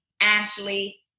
Ashley